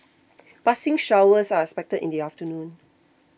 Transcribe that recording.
passing showers are expected in the afternoon